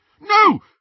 No